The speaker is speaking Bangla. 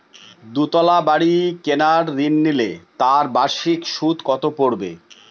দুতলা বাড়ী কেনার ঋণ নিলে তার বার্ষিক সুদ কত পড়বে?